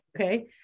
Okay